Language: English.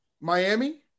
Miami